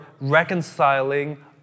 reconciling